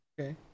Okay